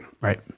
Right